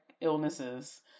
illnesses